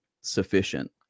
sufficient